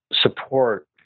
support